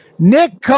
Nick